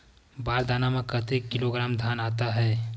बार दाना में कतेक किलोग्राम धान आता हे?